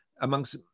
amongst